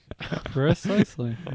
Precisely